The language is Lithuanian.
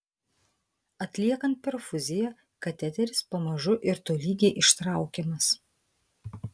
atliekant perfuziją kateteris pamažu ir tolygiai ištraukiamas